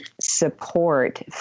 support